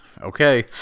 Okay